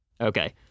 Okay